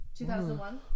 2001